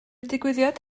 digwyddiad